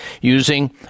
Using